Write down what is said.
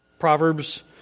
Proverbs